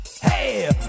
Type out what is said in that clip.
hey